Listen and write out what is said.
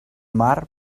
mar